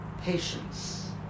patience